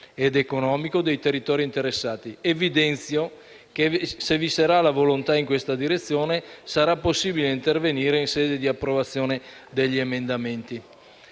ed economico dei territori interessati. Evidenzio che, se vi sarà la volontà in questa direzione, sarà possibile intervenire in sede di approvazione degli emendamenti.